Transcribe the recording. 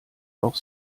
auch